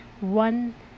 one